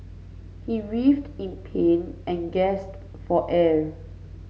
he writhed in pain and gasped for air